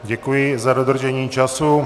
Děkuji za dodržení času.